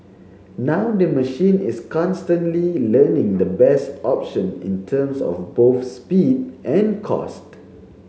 now the machine is constantly learning the best option in terms of both speed and cost